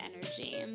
energy